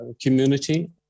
community